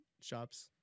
shops